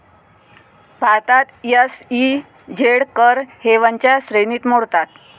भारतात एस.ई.झेड कर हेवनच्या श्रेणीत मोडतात